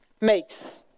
makes